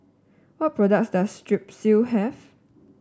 what products does Strepsil have